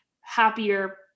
happier